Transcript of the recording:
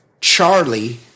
Charlie